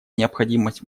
необходимость